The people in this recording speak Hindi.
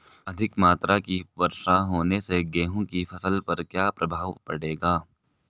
अधिक मात्रा की वर्षा होने से गेहूँ की फसल पर क्या प्रभाव पड़ेगा?